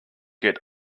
get